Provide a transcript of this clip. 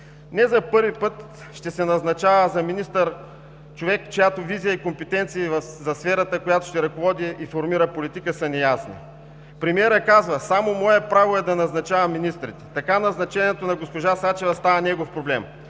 Не за първи път ще се назначава за министър човек, чиято визия и компетенции за сферата, която ще ръководи и формира политика, са неясни. Премиерът казва: „Само мое право е да назначавам министрите“. Така назначението на госпожа Сачева става негов проблем.